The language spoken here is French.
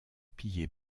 pillé